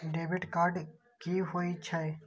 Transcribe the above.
Debit card कि होई छै?